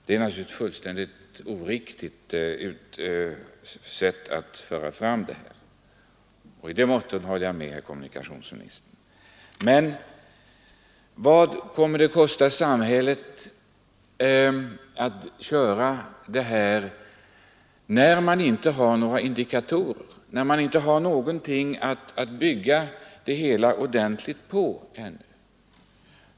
Det är naturligtvis ett fullständigt oriktigt sätt att föra fram detta — i det avseendet håller jag med herr kommunikationsministern. Men vad kommer det att kosta samhället att man kör på detta sätt när det inte finns några indikatorer, när man ännu inte har någonting att bygga det hela ordentligt på?